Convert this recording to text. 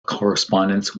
correspondence